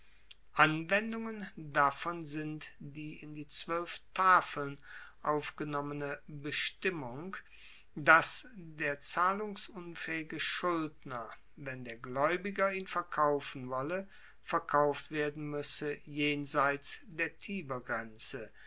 anwendungen davon sind die in die zwoelf tafeln aufgenommene bestimmung dass der zahlungsunfaehige schuldner wenn der glaeubiger ihn verkaufen wolle verkauft werden muesse jenseits der